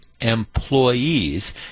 employees